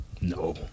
No